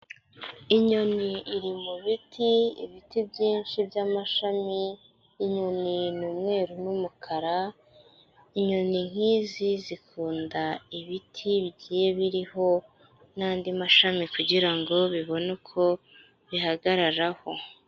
Inyoni iri mu biti, ibiti byinshi by'amashami, inyoni ni umweru n'umukara, inyoni nk'izi zikunda ibiti bigiye biriho n'andi mashami kugira ngo bibone uko bihagararaho.